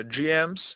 GMs